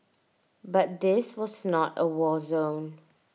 but this was not A war zone